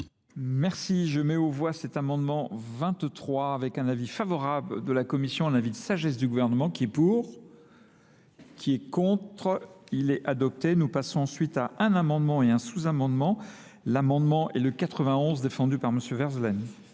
Merci, je mets au voie cet amendement 23 avec un avis favorable. de la commission à l'avis de sa geste du gouvernement qui est pour, qui est contre, il est adopté. Nous passons ensuite à un amendement et un sous-amendement. L'amendement est le 91 défendu par monsieur